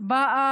באה